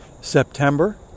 September